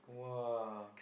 !wah!